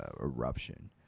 Eruption